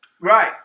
Right